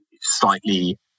slightly